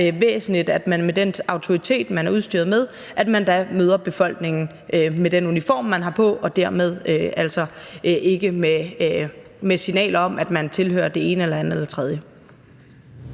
væsentligt, at man med den autoritet, man er udstyret med, møder befolkningen med den uniform, man har på, og dermed altså ikke med et signal om, at man tilhører det ene eller det andet eller det tredje.